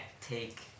take